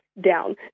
down